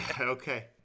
Okay